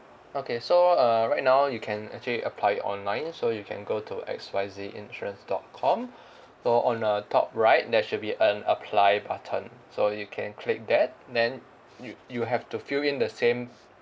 okay so err right now you can actually apply online so you can go to X Y Z insurance dot com so on the top right there should be an apply button so you can click that then you you have to fill in the same